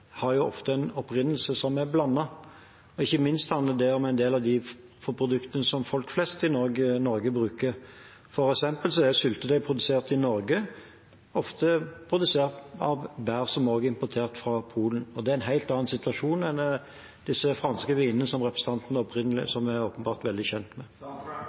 ofte har en opprinnelse som er blandet. Ikke minst handler det om en del av de produktene som folk flest i Norge bruker. For eksempel er syltetøy som er produsert i Norge, ofte produsert av bær som er importert fra Polen. Det er en helt annen situasjon enn den som er for disse franske vinene som representanten åpenbart er veldig kjent med.